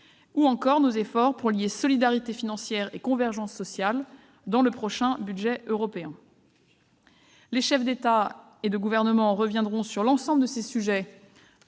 ou encore de nos efforts pour lier solidarité financière et convergence sociale dans le prochain budget européen. Les chefs d'État et de gouvernement reviendront sur tous ces sujets- hormis,